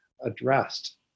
addressed